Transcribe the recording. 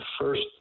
first